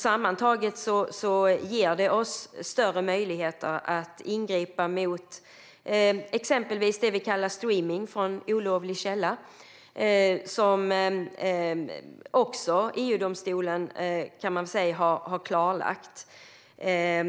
Sammantaget ger det oss större möjligheter att ingripa mot exempelvis det vi kallar streaming från olovlig källa. Detta har EU-domstolen också klarlagt. I